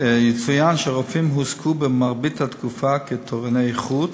יצוין שהרופאים הועסקו מרבית התקופה כתורני חוץ,